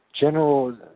General